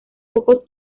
pocos